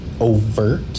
overt